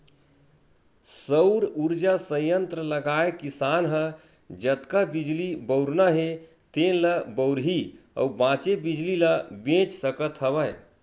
सउर उरजा संयत्र लगाए किसान ह जतका बिजली बउरना हे तेन ल बउरही अउ बाचे बिजली ल बेच सकत हवय